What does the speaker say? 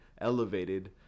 elevated